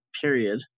period